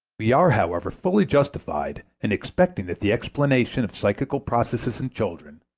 we are, however, fully justified in expecting that the explanation of psychical processes in children,